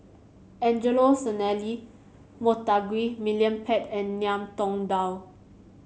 Angelo Sanelli Montague William Pett and Ngiam Tong Dow